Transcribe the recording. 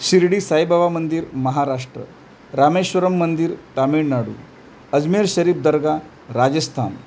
शिर्डी साईबाबा मंदिर महाराष्ट्र रामेश्वरम मंदिर तामिळनाडू अजमेर शरीफ दर्गा राजस्थान